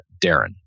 Darren